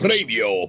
Radio